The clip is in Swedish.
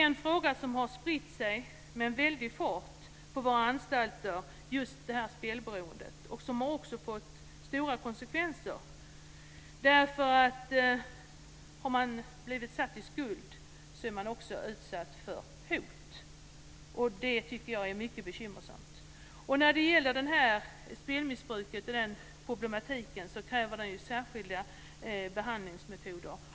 Spelberoendet har spritt sig med en väldig fart på våra anstalter och har fått stora konsekvenser. Är man satt i skuld är man också utsatt för hot. Det är mycket bekymmersamt. Problemen med spelmissbruk kräver särskilda behandlingsmetoder.